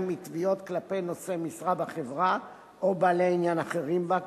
מתביעות כלפי נושא משרה בחברה או בעלי עניין אחרים בה,